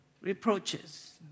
reproaches